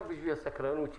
רק בשביל הסקרנות שלי,